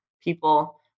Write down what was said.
people